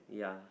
yeah